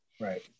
Right